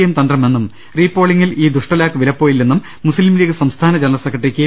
M തന്ത്ര മെന്നും റീപോളിംഗിൽ ഈ ദുഷ്ടലാക്ക് വിലപ്പോയി ല്ലെന്നും മുസ്ലിംലീഗ് സംസ്ഥാന ജനറൽ സെക്രട്ടറി കെ